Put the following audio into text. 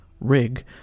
Rig